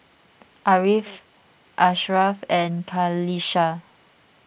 Ariff Asharaff and Qalisha